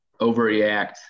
overreact